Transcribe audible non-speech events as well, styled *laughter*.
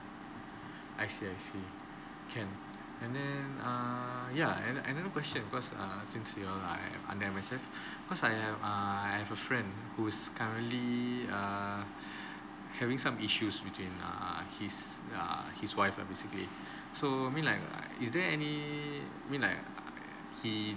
I see I see can and then err ya ano~ another question because err since you are under M_S_F *breath* cause I have err I have a friend who's currently err *breath* having some issues between err his err his wife lah basically so mean like is there any mean like he